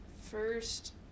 First